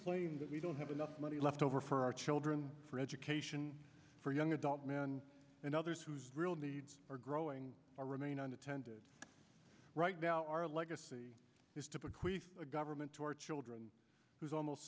claim that we don't have enough money left over for our children for education for young adult men and others whose real needs are growing to remain attended right now our legacy is typically a government to our children whose almost